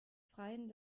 freien